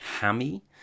hammy